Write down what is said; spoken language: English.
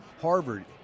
Harvard